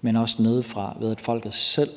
men også nedefra, ved at folket selv